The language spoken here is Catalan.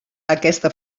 aquesta